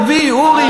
יביא אורי,